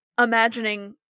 imagining